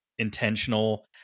intentional